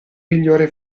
migliore